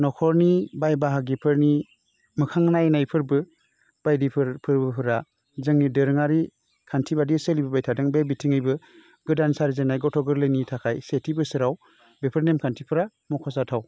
नख'रनि बाय बाहागिफोरनि मोखां नायनाय फोर्बो बायदिफोर फोर्बोफ्रा जोंनि दोरोङारि खान्थि बायदि सोलिबोबाय थादों बे बिथिङैबो गोदान सारिजेन्नाय गथ' गोरलैनि थाखाय सेथि बोसोराव बेफोर नेमखान्थिफ्रा मख'जाथाव